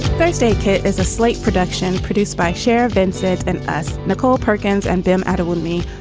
first aid kit is a slate production produced by scherrer, vincent van us, nicole perkins and them adequately.